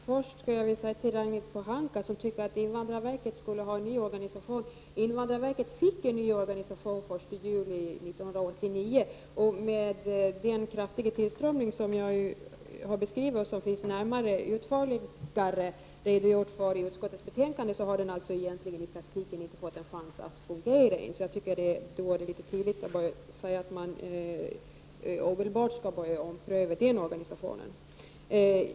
Herr talman! Ragnhild Pohanka tycker att invandrarverket skall ha en ny organisation. Invandrarverket fick en ny organisation den 1 juli 1989. Mot bakgrund av den kraftiga tillströmning som jag har beskrivit och som det finns en utförlig redogörelse för i utskottets betänkande, har den i praktiken inte fått en chans att fungera. Jag tycker att det är litet tidigt att säga att man omedelbart skall börja ompröva organisationen.